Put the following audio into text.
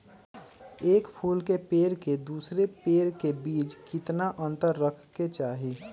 एक फुल के पेड़ के दूसरे पेड़ के बीज केतना अंतर रखके चाहि?